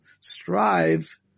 strive